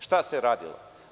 Šta se radilo?